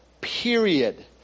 period